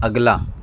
اگلا